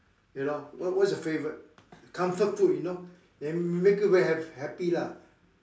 you know what what is your favourite comfort food you know that make make you very ha~ happy lah